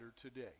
today